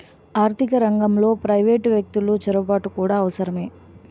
ఆర్థిక రంగంలో ప్రైవేటు వ్యక్తులు చొరబాటు కూడా అవసరమే